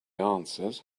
answers